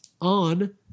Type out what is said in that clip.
on